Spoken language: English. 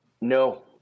No